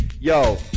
Yo